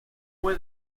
fue